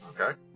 Okay